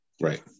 Right